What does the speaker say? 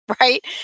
right